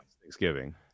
Thanksgiving